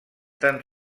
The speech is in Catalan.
tan